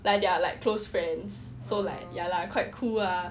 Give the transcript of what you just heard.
like they are like close friends so like ya lah quite cool lah